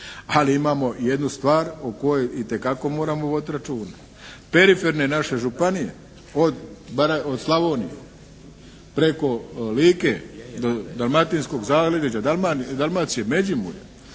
ali imamo jednu stvar o kojoj itekako moramo voditi računa. Periferne naše županije od Slavonije, preko Like, Dalmatinskog zaleđa, Dalmacije, Međimurja,